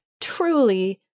truly